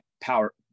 power